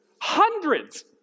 hundreds